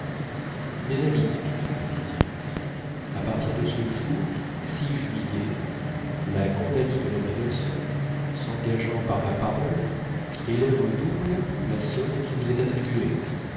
mes amis leur dit-il à partir de ce jour juillet la compagnie de la baie d'hudson s'engageant par ma parole élève au double la solde qui vous est attribuée